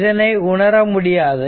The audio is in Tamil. இதனை உணர முடியாது